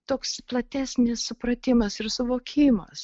toks platesnis supratimas ir suvokimas